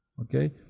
Okay